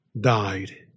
died